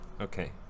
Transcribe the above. Okay